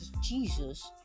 Jesus